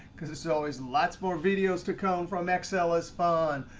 because it's always lots more videos to come from excel is fun.